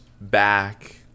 back